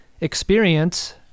experience